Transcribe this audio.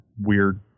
weird